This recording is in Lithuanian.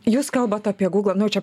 jūs kalbat apie gūglą nu čia